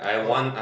oil